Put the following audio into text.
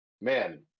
man